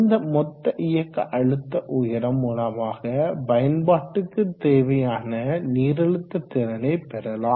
இந்த மொத்த இயக்க அழுத்த உயரம் மூலமாக பயன்பாட்டுக்கு தேவையான நீரழுத்த திறனை பெறலாம்